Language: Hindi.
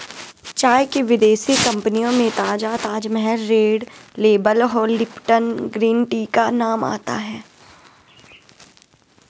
चाय की विदेशी कंपनियों में ताजा ताजमहल रेड लेबल और लिपटन ग्रीन टी का नाम आता है